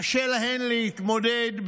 קשה להן להתמודד,